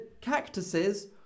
cactuses